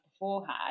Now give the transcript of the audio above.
beforehand